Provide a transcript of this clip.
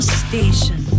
station